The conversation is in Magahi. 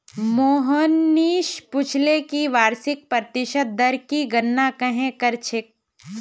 मोहनीश पूछले कि वार्षिक प्रतिशत दर की गणना कंहे करछेक